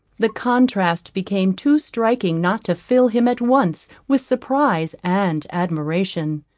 the contrast became too striking not to fill him at once with surprise and admiration.